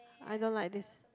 I don't like this